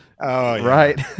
Right